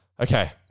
Okay